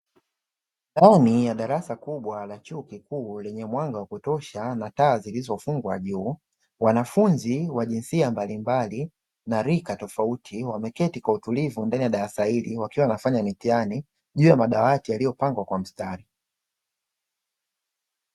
Ndani ya darasa kubwa la chuo kikuu lenye mwanga wa kutosha na taa zilizofungwa juu wanafunzi wa jinsia mbalimbali na rika tofauti wameketi kwa utulivu ndani ya darasa hili wakiwa wanafanya mitihani juu ya madawati yaliyopangwa kwa mstari.